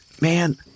man